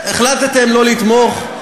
החלטתם לא לתמוך,